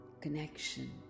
connection